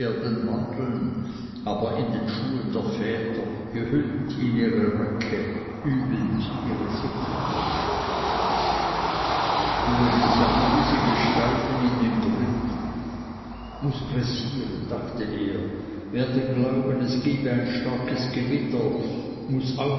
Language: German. wandeln aber in den schuhen der väter gehüllt in ihre röcke übend ihre sitten uli sah diese gestalten in den gründen muß pressieren dachte er werden glauben es gebe ein starkes gewitter muß